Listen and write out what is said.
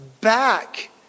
back